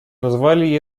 назвали